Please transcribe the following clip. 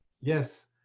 yes